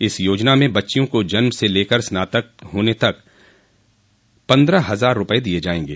इस योजना में बच्चियों को जन्म से लेकर स्नातक होने तक पन्द्रह हज़ार रूपये दिये जायेंगे